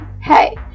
Hey